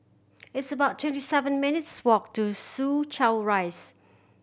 it's about twenty seven minutes' walk to Soo Chow Rise